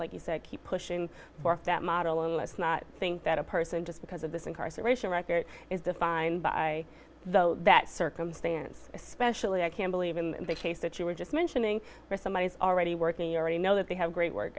like you said keep pushing for that model and let's not think that a person just because of this incarceration record is defined by the that circumstance especially i can believe in the case that you were just mentioning where somebody is already working already know that they have a great work